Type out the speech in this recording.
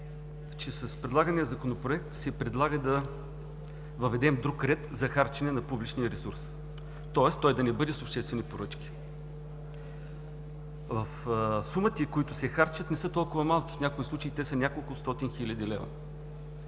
с предлагания законопроект се предлага да въведем друг ред за харчене на публичния ресурс, тоест той да не бъде с обществени поръчки. Сумите, които се харчат, не са толкова малки, в някои случаи те са няколкостотин хиляди лева.